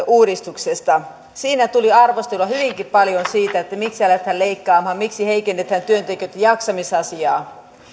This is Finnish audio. uudistuksesta siinä tuli arvostelua hyvinkin paljon siitä miksi aletaan leikkaamaan miksi heikennetään työntekijöitten jaksamisasiaa